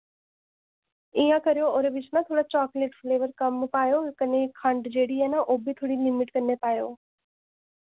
इ'य्यां करोओ ओह्दे बिच ना थोह्ड़ा चाकलेट फ्लेवर कम पायो कन्नै खंड जेह्ड़ी ऐ ना ओह् बी थोह्ड़ी लिमिट कन्नै पायो